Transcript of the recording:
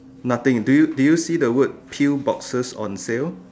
nothing do do you see the word teal boxes on sale